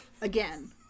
again